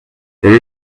there